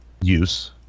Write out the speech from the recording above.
use